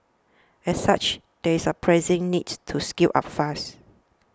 as such there is a pressing need to scale up fast